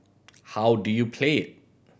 how do you play it